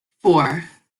four